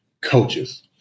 coaches